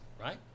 right